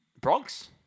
Bronx